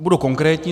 Budu konkrétní.